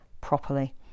properly